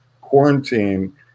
quarantine